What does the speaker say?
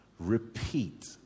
Repeat